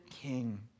King